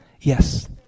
Yes